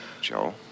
Joe